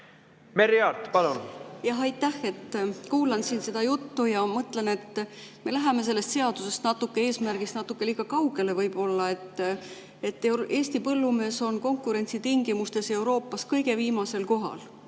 Merry Aart, palun! Aitäh! Kuulan siin seda juttu ja mõtlen, et me läheme sellest seadusest, eesmärgist natuke liiga kaugele võib-olla. Eesti põllumees on konkurentsitingimustes Euroopas kõige viimasel kohal